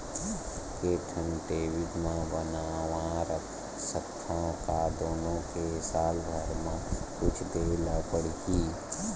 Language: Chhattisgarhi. के ठन डेबिट मैं बनवा रख सकथव? का दुनो के साल भर मा कुछ दे ला पड़ही?